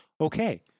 okay